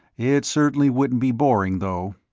it certainly wouldn't be boring, though.